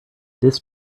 this